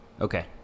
okay